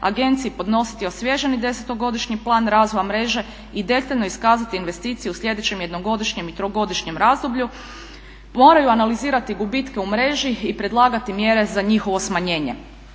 agenciji podnositi osvježeni 10-godišnji plan razvoja mreže i detaljno iskazati investicije u sljedećem 1-godišnjem i 3-godišnjem razdoblju, moraju analizirati gubitke u mreži i predlagati mjere za njihovo smanjenje.